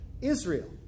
Israel